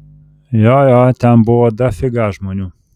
jo jo ten buvo dafiga žmonių